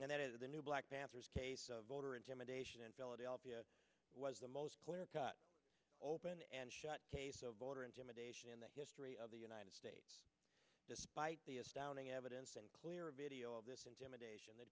and that is the new black panthers case of voter intimidation in philadelphia was the most clear cut open and shut case so voter intimidation in the history of the united states despite the astounding evidence and clear video of this intimidation the